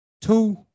two